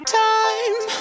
time